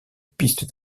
piste